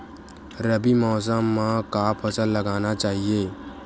रबी मौसम म का फसल लगाना चहिए?